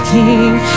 King